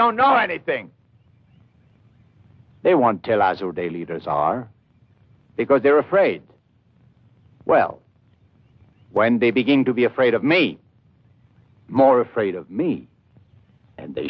don't know anything they want to watch or they leaders are because they're afraid well when they begin to be afraid of me more afraid of me and they